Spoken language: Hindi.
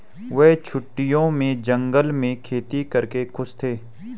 वे छुट्टियों में जंगल में खेती करके खुश थे